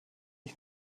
ich